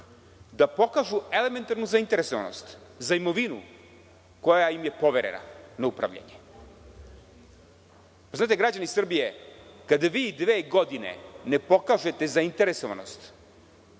da pokažu elementarnu zainteresovanost za imovinu koja im je poverena na upravljanje. Znate, građani Srbije, kada vi dve godine ne pokažete zainteresovanost